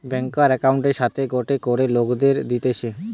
ব্যাংকার একউন্টের সাথে গটে করে লোককে দিতেছে